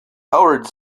howard